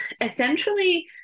essentially